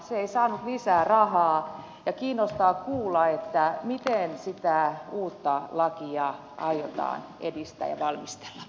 se ei saanut lisää rahaa ja kiinnostaa kuulla miten sitä uutta lakia aiotaan edistää ja valmistella